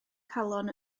calon